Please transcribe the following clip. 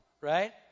right